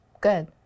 good